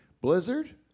blizzard